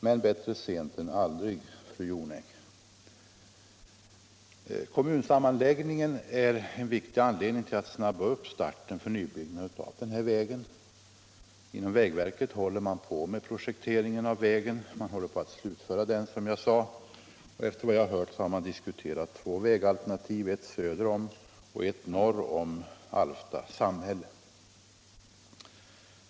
Men bättre sent än aldrig, fru Jonäng. Kommunsammanläggningen är en viktig anledning till att snabba upp starten för ombyggnaden av denna väg. Inom vägverket håller man på att slutföra projekteringen av vägen, och enligt vad jag har hört har 227 man diskuterat två vägalternativ, ett söder om och ett norr om Alfta samhälle.